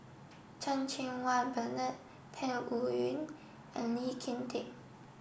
Chan Cheng Wah Bernard Peng Yuyun and Lee Kin Tat